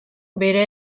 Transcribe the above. bere